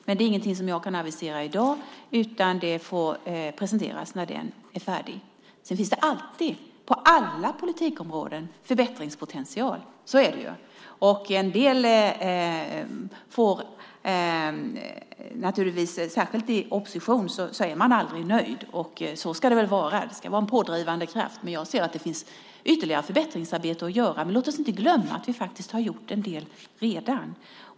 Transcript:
Men det är inget som jag kan avisera i dag, utan det får presenteras när den är färdig. Det finns alltid, på alla politikområden, förbättringspotential. Så är det ju. Särskilt i opposition är man aldrig nöjd. Så ska det väl vara. Det ska vara en pådrivande kraft. Men jag ser att det finns ytterligare förbättringsarbete att göra. Låt oss inte glömma att vi faktiskt har gjort en del redan.